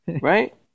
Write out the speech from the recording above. Right